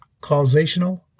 causational